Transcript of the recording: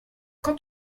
quand